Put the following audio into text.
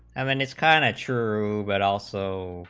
um nis, kind of true but also